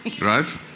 right